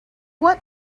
what